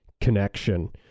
connection